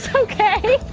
okay.